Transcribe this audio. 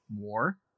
more